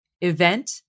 event